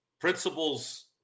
principles